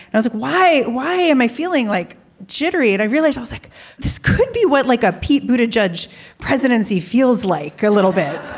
knows why. why am i feeling like jittery? and i really so like this. could be what, like a piece, but a judge presidency. feels like a little bit.